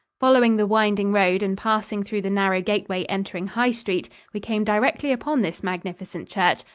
following the winding road and passing through the narrow gateway entering high street, we came directly upon this magnificent church,